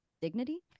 dignity